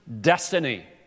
destiny